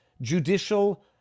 judicial